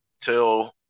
till